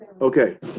Okay